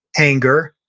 anger,